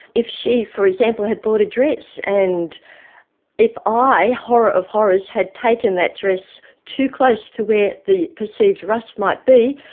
if she, for example, had bought a dress and if i, horror of horrors, had taken that dress too close to where the perceived rust might be,